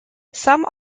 some